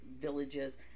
villages